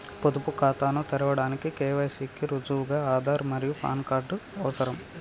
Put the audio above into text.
పొదుపు ఖాతాను తెరవడానికి కే.వై.సి కి రుజువుగా ఆధార్ మరియు పాన్ కార్డ్ అవసరం